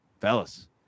fellas